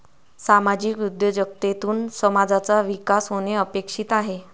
सामाजिक उद्योजकतेतून समाजाचा विकास होणे अपेक्षित आहे